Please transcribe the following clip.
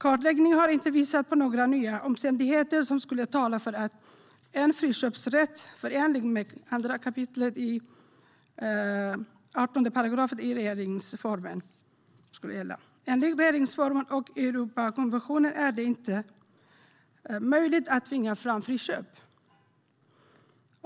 Kartläggningen har inte visat på några nya omständigheter som skulle tala för att en friköpsrätt är förenlig med 2 kap. 15 § regeringsformen. Enligt regeringsformen och Europakonventionen är det inte är möjligt att tvinga fram friköp.